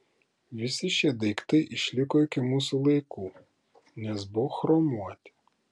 visi šie daiktai išliko iki mūsų laikų nes buvo chromuoti